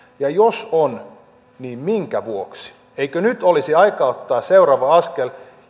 ja jos on niin minkä vuoksi eikö nyt olisi aika ottaa seuraava askel